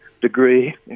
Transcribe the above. degree